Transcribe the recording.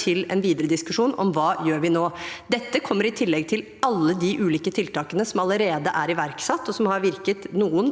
til en videre diskusjon om hva vi gjør nå. Dette kommer i tillegg til alle de ulike tiltakene som allerede er iverksatt, og hvor noen har virket